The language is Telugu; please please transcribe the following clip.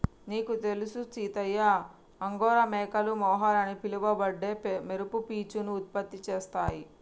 నీకు తెలుసు సీతయ్య అంగోరా మేకలు మొహర్ అని పిలవబడే మెరుపు పీచును ఉత్పత్తి చేస్తాయి